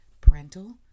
parental